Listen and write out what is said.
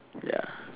ya